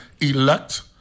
elect